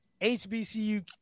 HBCU